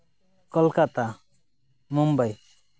Kolkata Mumbai